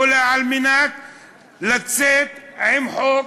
הוא אומר לה: את בחריגה,